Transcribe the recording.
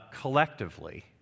collectively